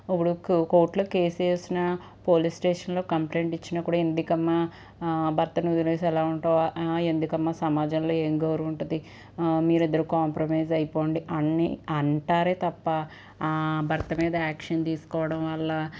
ఇప్పుడు కోర్టులో కేస్ వేసిన పోలీసు స్టేషన్లో కంప్లైంట్ ఇచ్చిన ఎందుకమ్మా భర్తను వదిలేసి అలా ఉంటావు ఎందుకమ్మా సమాజంలో ఏం గౌరవం ఉంటుంది మీరిద్దరూ కంప్రమైజ్ అయిపోండి అని అంటారే తప్ప భర్త మీద యాక్షన్ తీసుకోవడం వల్ల